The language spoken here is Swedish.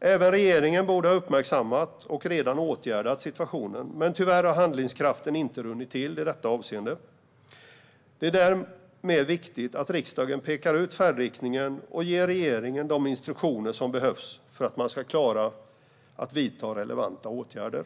Även regeringen borde ha uppmärksammat och redan ha åtgärdat situationen, men tyvärr har handlingskraften inte runnit till i detta avseende. Det är därmed viktigt att riksdagen pekar ut färdriktningen och ger regeringen de instruktioner som behövs för att man ska klara av att vidta relevanta åtgärder.